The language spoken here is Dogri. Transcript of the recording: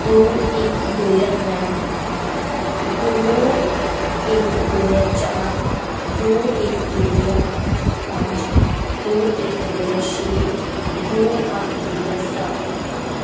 दो इक दो ज्हार त्रै दो इक दो ज्हार चार दो इक दो ज्हार पंज दो इक दो ज्हार छे दो अठ्ठ दो ज्हार सत